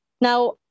Now